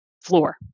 floor